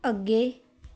ਅੱਗੇ